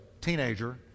teenager